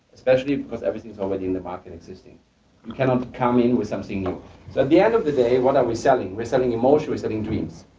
specially because everything's already in the marketing system. you cannot come in with something new. so at the end of the day, what are we selling? we're selling emotion, we're selling dreams.